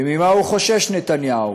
וממה הוא חושש, נתניהו?